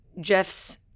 Jeff's